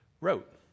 wrote